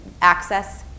access